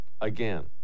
Again